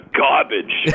garbage